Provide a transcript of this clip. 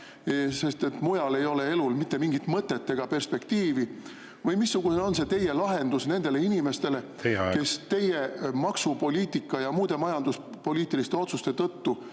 sest mujal ei ole ju elul mitte mingit mõtet ega perspektiivi? Missugune on teie lahendus nendele inimestele … Teie aeg! … kes teie maksupoliitika ja muude majanduspoliitiliste otsuste tõttu